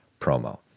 promo